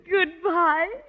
Goodbye